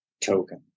token